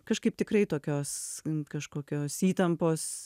kažkaip tikrai tokios kažkokios įtampos